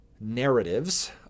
narratives